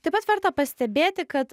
taip pat verta pastebėti kad